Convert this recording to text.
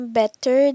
better